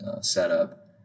setup